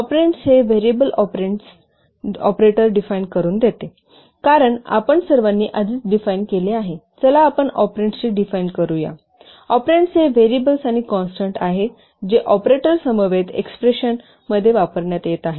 operands हे variables operands operator define करू देते कारण आपण सर्वांनी आधीच डिफाइन केले आहे चला आपण ऑपरेंड्सची डिफाइन करू या ऑपेरेन्ड्स हे व्हेरिएबल्स आणि कॉन्स्टन्ट्स आहेत जे ऑपरेटरसमवेत एक्सप्रेशन्स मध्ये वापरण्यात येत आहेत